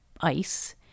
ice